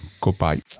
goodbye